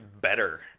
better